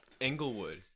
Englewood